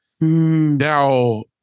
Now